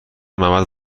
معبد